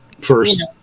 First